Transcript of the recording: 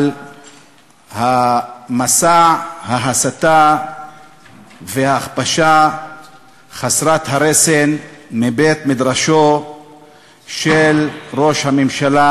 על מסע ההסתה וההכפשה חסר הרסן מבית-מדרשו של ראש הממשלה